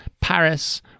Paris